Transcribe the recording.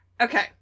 Okay